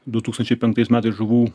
du tūkstančiai penktais metais žuvų